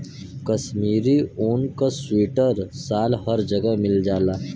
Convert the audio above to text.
कशमीरी ऊन क सीवटर साल हर जगह मिल जाला